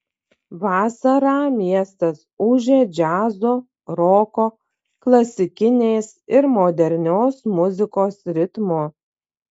vasarą miestas ūžia džiazo roko klasikinės ir modernios muzikos ritmu